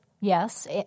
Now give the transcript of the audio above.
Yes